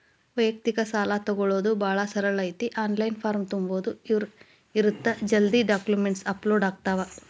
ವ್ಯಯಕ್ತಿಕ ಸಾಲಾ ತೊಗೋಣೊದ ಭಾಳ ಸರಳ ಐತಿ ಆನ್ಲೈನ್ ಫಾರಂ ತುಂಬುದ ಇರತ್ತ ಜಲ್ದಿ ಡಾಕ್ಯುಮೆಂಟ್ಸ್ ಅಪ್ಲೋಡ್ ಆಗ್ತಾವ